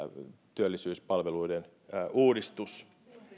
työllisyyspalveluiden uudistus